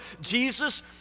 Jesus